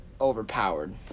overpowered